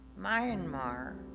Myanmar